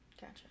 gotcha